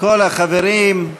כל החברים,